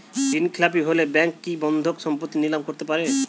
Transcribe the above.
ঋণখেলাপি হলে ব্যাঙ্ক কি বন্ধকি সম্পত্তি নিলাম করতে পারে?